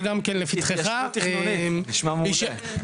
התיישנות תכנונית, נשמע מעולה.